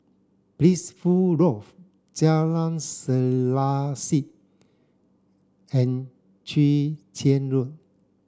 Blissful Loft Jalan Selaseh and Chwee Chian Road